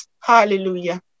Hallelujah